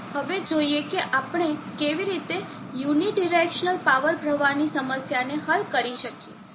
ચાલો હવે જોઈએ કે આપણે કેવી રીતે યુનિડીરેકસ્નલ પાવર પ્રવાહની સમસ્યાને હલ કરી શકીએ